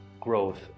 growth